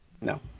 No